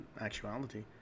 actuality